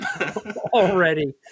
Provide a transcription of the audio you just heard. already